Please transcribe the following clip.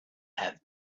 have